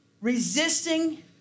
Resisting